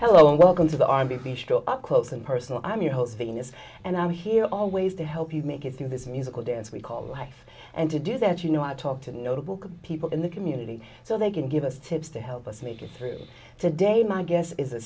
hello welcome to the rb show up close and personal i'm your host venus and i'm here always to help you make it through this musical dance we call life and to do that you know i talked to notable could people in the community so they can give us tips to help us make it through today my guess is a